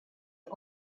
est